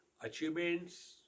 achievements